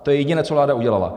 To je jediné, co vláda udělala.